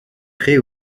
créée